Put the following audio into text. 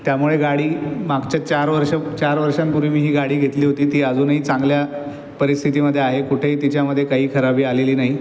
त्यामुळे गाडी मागच्या चार वर्षा चार वर्षांपूर्वी मी ही गाडी घेतली होती ती अजूनही चांगल्या परिस्थितीमध्ये आहे कुठेही तिच्यामध्ये काई खराबी आलेली नाही